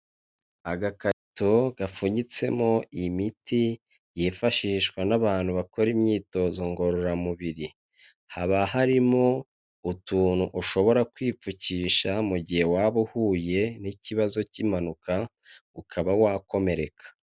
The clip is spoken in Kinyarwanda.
Agakarito gapfunyitsemo imiti yifashishwa n'abantu bakora imyitozo ngororamubiri, hakaba harimo utuntu ushobora kwipfukisha mu gihe waba uhuye n'ikibazo cy'impanuka ukaba wakomereka.